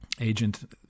agent